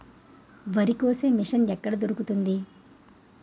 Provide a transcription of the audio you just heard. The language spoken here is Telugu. వరి కోసే మిషన్ ఎక్కడ దొరుకుతుంది?